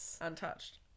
Untouched